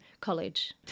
college